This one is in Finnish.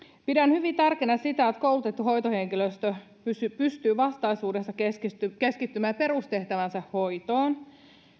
pidän hyvin tärkeänä sitä että koulutettu hoitohenkilöstö pystyy vastaisuudessa keskittymään keskittymään perustehtävänsä hoitoon